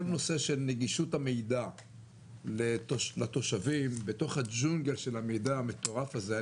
כל הנושא של נגישות המידע לתושבים בתוך הג'ונגל של המידע המטורף הזה,